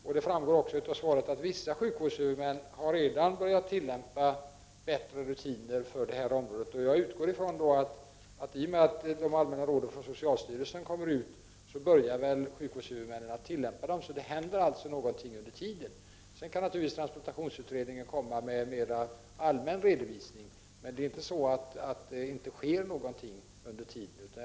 Av svaret framgår det också att vissa sjukvårdshuvudmän redan har börjat tillämpa bättre rutiner på detta område. Jag utgår ifrån att sjukvårdshuvudmännen börjar tillämpa de allmänna råden när socialstyrelsen har dem klara. Så det händer ändå någonting under tiden. Sedan kan naturligtvis transplantationsutredningen komma med en mera allmän redovisning, men det är inte så att det inte sker någonting under tiden.